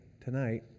tonight